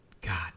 god